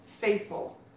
faithful